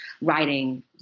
writing